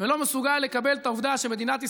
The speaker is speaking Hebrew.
אנחנו מודים לך על הדאגה.